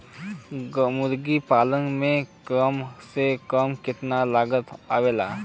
मुर्गी पालन में कम से कम कितना लागत आवेला?